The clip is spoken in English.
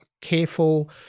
careful